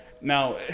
Now